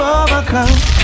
overcome